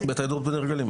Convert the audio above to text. בית העדות בניר גלים,